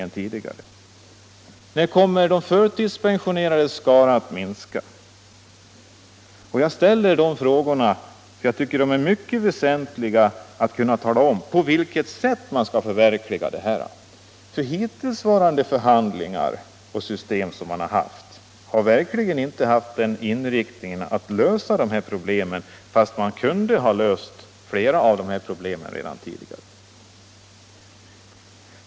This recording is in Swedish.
När kommer de förtidspensionerades skara att minska? Jag ställer dessa frågor därför att jag tycker det är mycket väsentligt att kunna tala om på vilket sätt man skall förverkliga det hela. Hittillsvarande förhandlingar och system har verkligen inte haft inriktningen att lösa de här problemen fastän man kunde ha löst flera av dem redan tidigare.